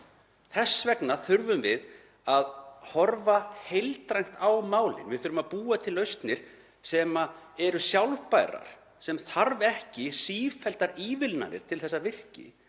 Þess vegna þurfum við að horfa heildrænt á málin. Við þurfum að búa til lausnir sem eru sjálfbærar, sem þurfa ekki sífelldar ívilnanir til þess að virki.